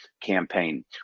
campaign